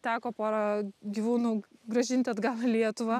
teko pora gyvūnų grąžinti atgal į lietuvą